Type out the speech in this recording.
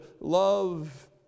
love